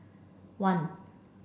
one